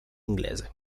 inglese